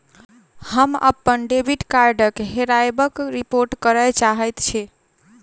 हम अप्पन डेबिट कार्डक हेराबयक रिपोर्ट करय चाहइत छि